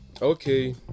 okay